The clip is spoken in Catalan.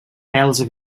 pèls